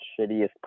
shittiest